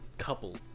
couple